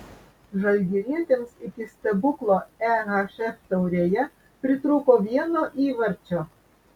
žalgirietėms iki stebuklo ehf taurėje pritrūko vieno įvarčio